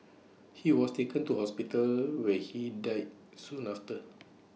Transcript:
he was taken to hospital where he died soon after